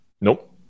Nope